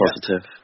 positive